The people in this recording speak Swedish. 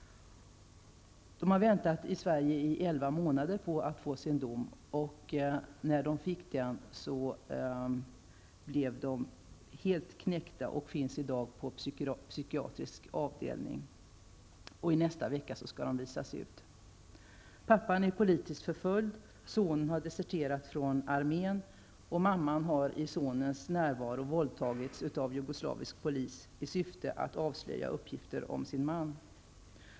De hade väntat i Sverige i elva månader på att få sin dom. När de fick den blev de helt knäckta, och de är nu intagna på psykiatrisk avdelning -- och i nästa vecka skall de utvisas. Pappan är politiskt förföljd, sonen har deserterat från armén, mamman har i sonens närvaro våldtagits av jugoslavisk polis i syfte att hon skulle avslöja uppgifter om sin man.